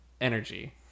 energy